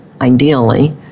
ideally